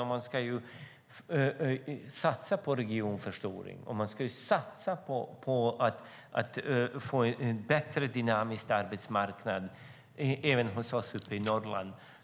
Man ska ju satsa på regionförstoring och på att få en mer dynamisk arbetsmarknad även hos oss uppe i Norrland.